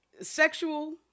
sexual